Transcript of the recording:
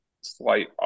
slight